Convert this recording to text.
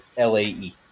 lae